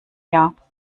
jahr